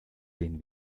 den